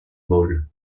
ball